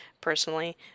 personally